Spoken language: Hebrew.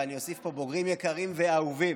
ואני אוסיף פה: בוגרים יקרים ואהובים,